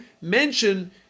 mention